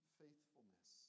faithfulness